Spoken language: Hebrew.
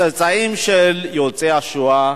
צאצאים של יוצאי השואה,